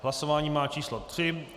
Hlasování má číslo 3.